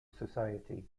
society